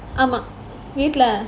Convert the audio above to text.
ஆமா வீட்ல:aamaa veetla